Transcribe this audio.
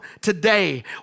today